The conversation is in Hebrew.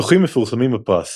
זוכים מפורסמים בפרס